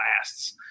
lasts